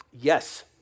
Yes